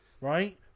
right